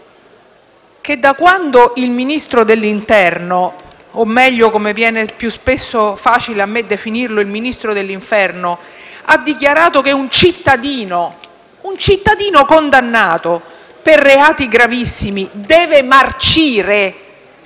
che quando il Ministro dell'interno, o meglio (come a me viene più spesso facile definirlo) il Ministro dell'inferno, ha dichiarato che un cittadino condannato per reati gravissimi deve marcire